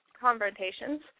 confrontations